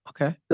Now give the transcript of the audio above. Okay